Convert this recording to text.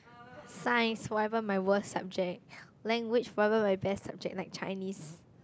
Science forever my worst subject language probably my best subject like Chinese